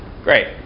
Great